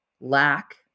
lack